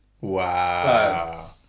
Wow